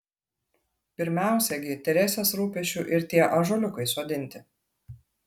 pirmiausia gi teresės rūpesčiu ir tie ąžuoliukai sodinti